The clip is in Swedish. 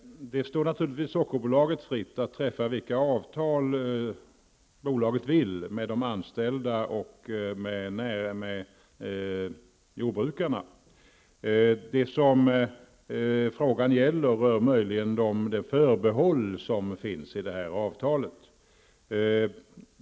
Fru talman! Det står naturligtvis Sockerbolaget fritt att träffa vilka avtal som helst med de anställda och med jordbrukarna. Det som frågan gäller är möjligen det förbehåll som finns i avtalet.